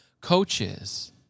coaches